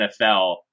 NFL